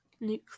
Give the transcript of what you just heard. Nuclear